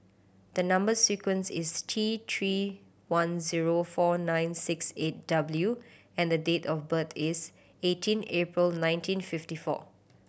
the number sequence is T Three one zero four nine six eight W and date of birth is eighteen April nineteen fifty four